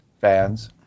fans